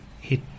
hit